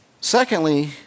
Secondly